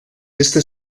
esta